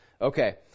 Okay